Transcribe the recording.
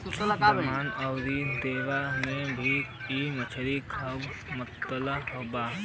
दमन अउरी दीव में भी इ मछरी खूब मिलत बा